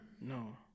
No